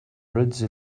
ritzy